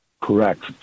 Correct